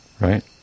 Right